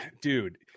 Dude